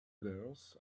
girls